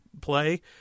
play